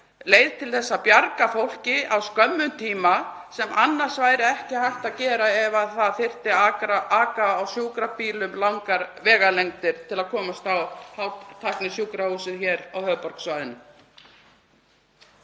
leið til þess að bjarga fólki á skömmum tíma sem annars væri ekki hægt að gera ef það þyrfti aka á sjúkrabílum langar vegalengdir til að komast á hátæknisjúkrahúsið hér á höfuðborgarsvæðinu.